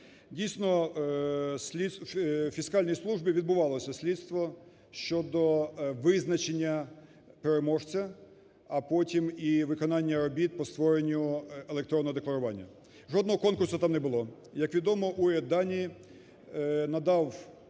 Дійсно в Фіскальній службі відбувалося слідство щодо визначення переможця, а потім і виконання робіт по створенню електронного декларування. Жодного конкурсу там не було. Як відомо, уряд Данії надав